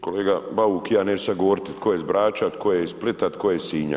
Kolega Bauk, ja neću sad govoriti tko je iz Brača, tko je iz Splita, tko iz Sinja.